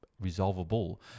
resolvable